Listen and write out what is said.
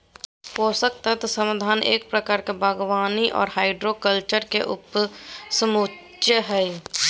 पोषक तत्व समाधान एक प्रकार के बागवानी आर हाइड्रोकल्चर के उपसमुच्या हई,